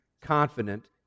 confident